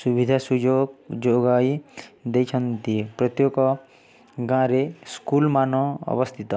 ସୁବିଧା ସୁଯୋଗ ଯୋଗାଇ ଦେଇଛନ୍ତି ପ୍ରତ୍ୟେକ ଗାଁରେ ସ୍କୁଲ୍ମାନ ଅବସ୍ଥିତ